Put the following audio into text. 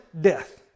death